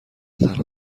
تنها